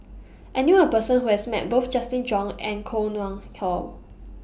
I knew A Person Who has Met Both Justin Zhuang and Koh Nguang How